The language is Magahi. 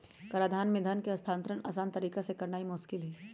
कराधान में धन का हस्तांतरण असान तरीका से करनाइ मोस्किल हइ